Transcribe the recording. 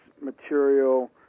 material